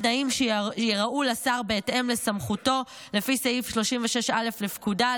בתנאים שייראו לשר בהתאם לסמכותו לפי סעיף 36(א) לפקודה,